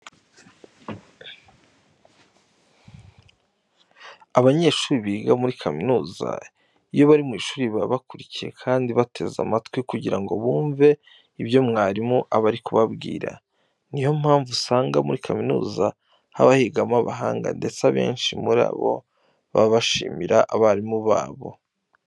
Abanyeshuri biga muri kaminuza iyo bari mu ishuri baba bakurikiye kandi bateze amatwi kugira ngo bumve ibyo mwarimu aba ari kubabwira. Ni yo mpamvu usanga muri kaminuza haba higamo abahanga ndetse abenshi muri bo baba bishimira abarimu babo.